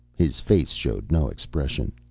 his face showed no expression.